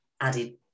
added